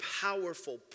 powerful